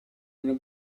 nella